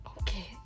Okay